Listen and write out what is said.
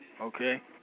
Okay